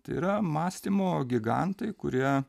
tai yra mąstymo gigantai kurie